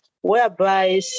whereby